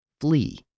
flee